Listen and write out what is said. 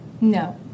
No